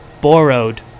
borrowed